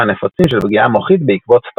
הנפוצים של פגיעה מוחית בעקבות טראומה.